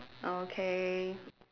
okay